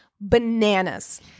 bananas